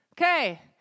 Okay